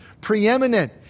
preeminent